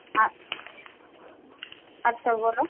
আচ্ছা আচ্ছা বলো